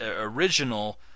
original